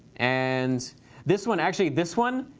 and this one, actually this one?